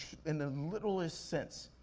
in the literal-est sense,